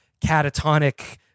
catatonic